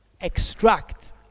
extract